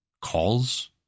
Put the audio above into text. calls